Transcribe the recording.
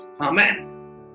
Amen